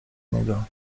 niego